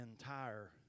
entire